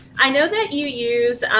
i know that you use,